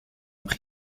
pris